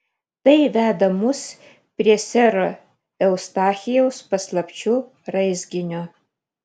tai veda mus prie sero eustachijaus paslapčių raizginio